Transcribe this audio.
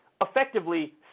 effectively